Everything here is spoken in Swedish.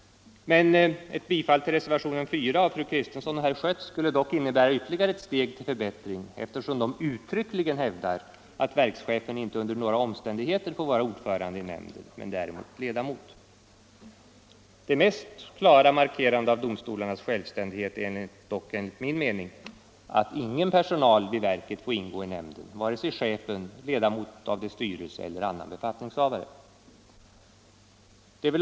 Ett bifall till reservationen 4 av fru Kristensson och herr Schött skulle dock innebära ytterligare ett steg till förbättring, eftersom de uttryckligen hävdar att verkschefen inte under några omständigheter får vara ordförande i nämnden men däremot ledamot. Det mest klara markerandet av domstolarnas självständighet är dock enligt min mening att ingen av personalen vid verket får ingå i nämnden — varken chefen, ledamot av dess styrelse eller annan befattningshavare.